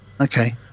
Okay